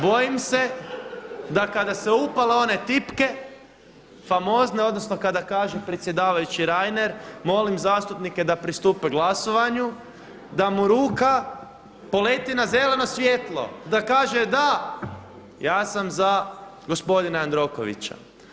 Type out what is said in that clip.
Bojim se da kada se upale one tipke, famozne, odnosno kada kaže predsjedavajući Reiner molim zastupnike da pristupe glasovanju da mu ruka poleti na zeleno svjetlo, da kaže da, ja sam za gospodina Jandrokovića.